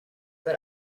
but